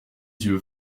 yeux